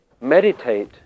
meditate